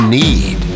need